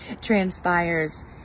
transpires